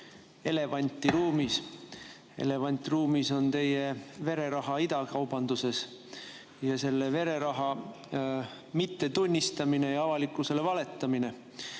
Elevant ruumis on teie vereraha idakaubanduses ja selle vereraha mittetunnistamine ja avalikkusele valetamine.